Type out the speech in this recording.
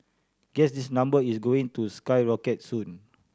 guess this number is going to skyrocket soon